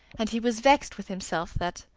and he was vexed with himself that,